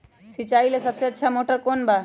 सिंचाई ला सबसे अच्छा मोटर कौन बा?